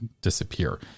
disappear